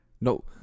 No